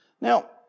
Now